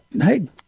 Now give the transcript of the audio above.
Hey